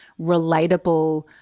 relatable